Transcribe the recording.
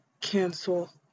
cancel